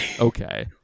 Okay